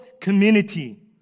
community